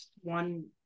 one